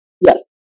Yes